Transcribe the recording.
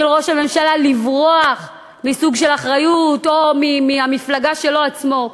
של ראש הממשלה לברוח מסוג של אחריות או מהמפלגה שלו עצמו.